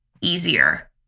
easier